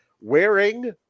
wearing